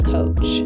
Coach